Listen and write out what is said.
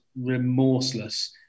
remorseless